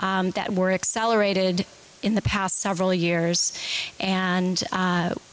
cuts that were accelerated in the past several years and